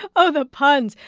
oh, the puns.